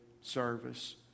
service